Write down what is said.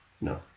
No